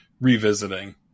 revisiting